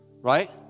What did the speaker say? Right